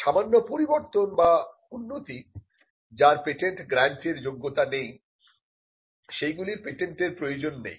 সামান্য পরিবর্তন বা উন্নতি যার পেটেন্ট গ্র্যান্টের যোগ্যতা নেই সেগুলির পেটেন্টের প্রয়োজন নেই